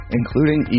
including